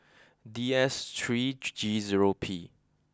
D S three G zero P